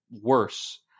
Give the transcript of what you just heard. worse